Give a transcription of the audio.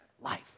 life